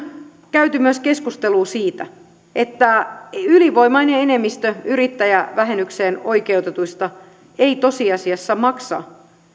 käyty keskustelua myös siitä että ylivoimainen enemmistö yrittäjävähennykseen oikeutetuista ei tosiasiassa maksa